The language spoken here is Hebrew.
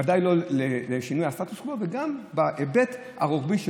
ודאי בשינוי הסטטוס קוו וגם בהיבט הרוחבי של